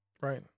Right